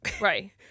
Right